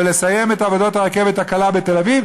ולסיים את עבודות הרכבת הקלה בתל אביב,